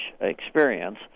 experience